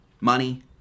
Money